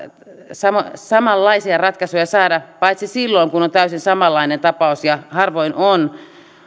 saada samanlaisia ratkaisuja paitsi silloin kun on täysin samanlainen tapaus ja harvoin on